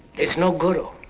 there's no guru,